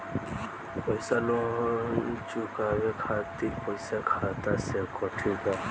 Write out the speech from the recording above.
Loan चुकावे खातिर पईसा खाता से कटी का?